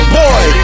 boy